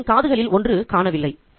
விலங்கின் காதுகளில் ஒன்று காணவில்லை